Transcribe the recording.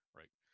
right